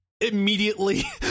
immediately